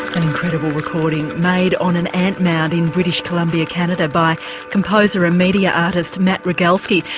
an incredible recording made on an ant mound in british columbia, canada, by composer and media artist matt rogalsky.